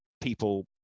people